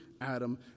Adam